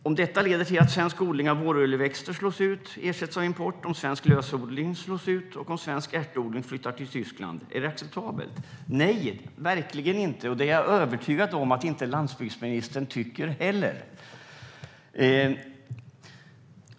Om detta leder till att svensk odling av våroljeväxter slås ut och ersätts av import, svensk lökodling slås ut och svensk ärtodling flyttar till Tyskland - är det acceptabelt? Nej, verkligen inte, och det är jag övertygad om att inte landsbygdsministern heller tycker.